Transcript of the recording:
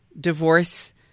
divorce